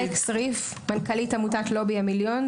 מנכ"לית עמותת לובי המיליון.